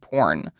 Porn